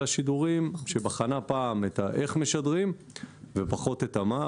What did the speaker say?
שבחנו פעם איך משדרים ופחות את המה,